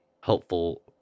helpful